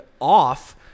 off